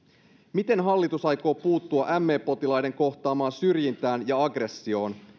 miten hallitus aikoo puuttua me potilaiden kohtaamaan syrjintään ja aggressioon